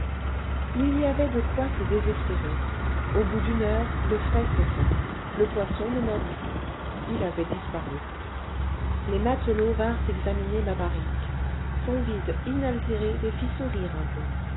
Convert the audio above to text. il y avait de quoi se désespérer au bout d'une heure le frai cessa le poisson ne mordit plus il avait disparu les matelots vinrent examiner ma barrique son vide inaltéré les fit sourire un peu